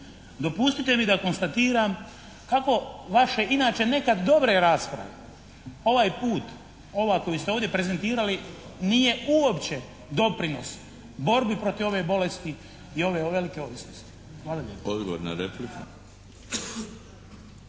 Dopustite mi da konstatiram kako vašeg inače nekad dobre rasprave ovaj put, ova koju ste ovdje prezentirali nije uopće doprinos borbi protiv ove bolesti i ove velike ovisnosti. Hvala lijepo. **Milinović,